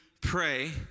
pray